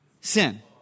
Sin